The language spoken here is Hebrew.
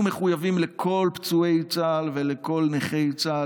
אנחנו מחויבים לכל פצועי צה"ל ולכל נכי צה"ל,